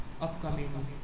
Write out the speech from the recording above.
upcoming